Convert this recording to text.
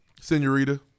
Senorita